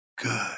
good